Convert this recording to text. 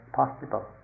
possible